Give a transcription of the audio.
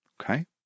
Okay